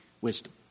wisdom